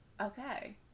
okay